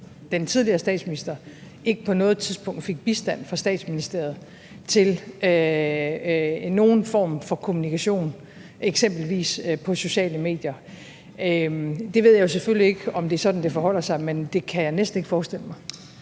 den tidligere statsminister ikke på noget tidspunkt fik bistand fra Statsministeriet til nogen form for kommunikation eksempelvis på sociale medier. Jeg ved selvfølgelig ikke, om det er sådan, det forholder sig, men det kan jeg næsten ikke forestille mig.